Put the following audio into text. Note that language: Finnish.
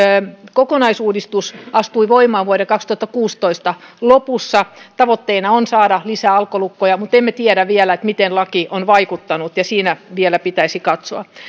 kokonaisuudistus astui voimaan vuoden kaksituhattakuusitoista lopussa tavoitteena on saada lisää alkolukkoja mutta emme tiedä vielä miten laki on vaikuttanut ja sitä vielä pitäisi katsoa